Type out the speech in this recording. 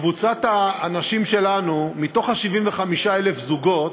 בקבוצת האנשים שלנו, מתוך 75,000 הזוגות